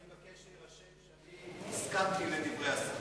אני מבקש שיירשם שאני הסכמתי לדברי השר.